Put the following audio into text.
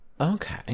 Okay